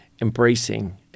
embracing